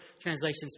translations